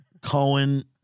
Cohen